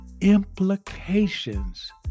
implications